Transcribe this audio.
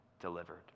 delivered